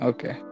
Okay